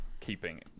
keeping